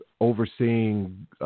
overseeing